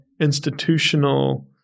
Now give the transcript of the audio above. institutional